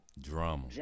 Drama